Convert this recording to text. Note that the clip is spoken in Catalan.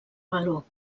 valor